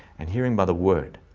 and hearing by the word.